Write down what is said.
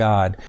God